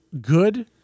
good